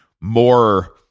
more